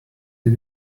did